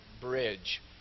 bridge